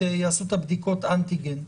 יעשו בדיקות אנטיגן.